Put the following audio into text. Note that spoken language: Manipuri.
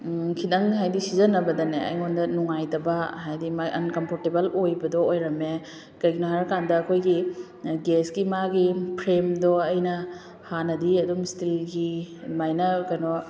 ꯈꯤꯗꯪ ꯍꯥꯏꯗꯤ ꯁꯤꯖꯟꯅꯕꯗꯅꯦ ꯑꯩꯉꯣꯟꯗ ꯅꯨꯡꯉꯥꯏꯇꯕ ꯍꯥꯏꯗꯤ ꯃꯥꯏ ꯑꯟꯀꯝꯐꯣꯔꯇꯦꯕꯜ ꯑꯣꯏꯕꯗꯣ ꯑꯣꯏꯔꯝꯃꯦ ꯀꯔꯤꯒꯤꯅꯣ ꯍꯥꯏꯔꯀꯥꯟꯗ ꯑꯩꯈꯣꯏꯒꯤ ꯒꯦꯁꯀꯤ ꯃꯥꯒꯤ ꯐ꯭ꯔꯦꯝꯗꯣ ꯑꯩꯅ ꯍꯥꯟꯅꯗꯤ ꯑꯗꯨꯝ ꯏꯁꯇꯤꯜꯒꯤ ꯑꯗꯨꯃꯥꯏꯅ ꯀꯩꯅꯣ